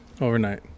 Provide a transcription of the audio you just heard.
Overnight